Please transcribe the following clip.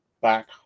back